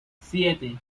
siete